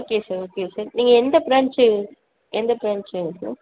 okay sir okay sir நீங்கள் எந்த branch எந்த பிரான்ச்சுங்க சார்